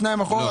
שניים אחורה?